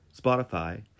Spotify